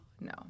No